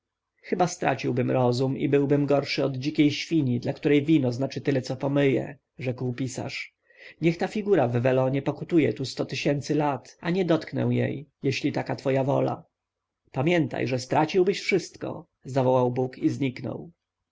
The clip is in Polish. chyba straciłbym rozum i byłbym gorszy od dzikiej świni dla której wino znaczy tyle co pomyje rzekł pisarz niech ta figura w welonie pokutuje tu sto tysięcy lat a nie dotknę jej jeżeli taka twoja wola pamiętaj że straciłbyś wszystko zawołał bóg i zniknął